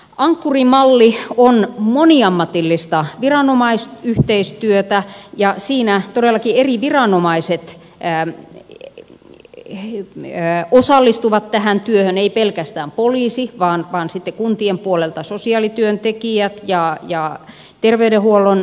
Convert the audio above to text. ankkuri malli on moniammatillista viranomaisyhteistyötä ja siinä todellakin eri viranomaiset osallistuvat tähän työhön ei pelkästään poliisi vaan sitten kuntien puolelta sosiaalityöntekijät ja terveydenhuollon työntekijät